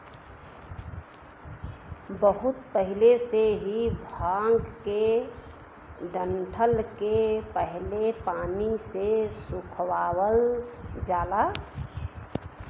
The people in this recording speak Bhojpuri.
बहुत पहिले से ही भांग के डंठल के पहले पानी से सुखवावल जाला